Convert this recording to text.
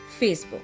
Facebook